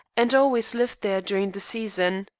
and always lived there during the season.